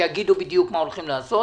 שיגידו בדיוק מה הולכים לעשות.